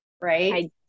right